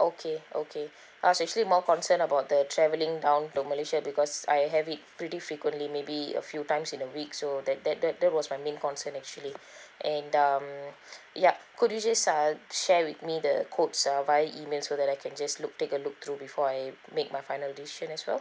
okay okay uh so actually more concern about the travelling down to malaysia because I have it pretty frequently maybe a few times in a week so that that that that was my main concern actually and um yup could you just uh share with me the quotes err via email so that I can just look take a look through before I make my final decision as well